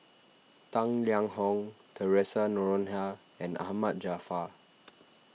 Tang Liang Hong theresa Noronha and Ahmad Jaafar